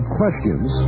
questions